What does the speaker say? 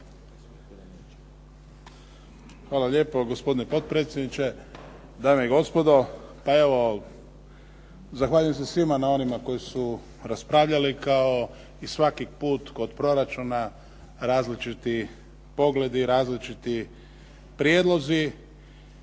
Hvala lijepo. Gospodine potpredsjedniče, dame i gospodo. Zahvaljujem se svima onima koji su raspravljali kao i svaki put kod proračuna različiti pogledi, različiti prijedlozi.